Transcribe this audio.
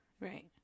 Right